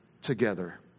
together